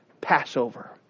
Passover